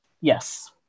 Yes